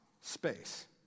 space